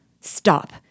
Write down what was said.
Stop